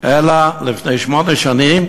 אלא לפני שמונה שנים,